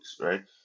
right